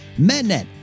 MedNet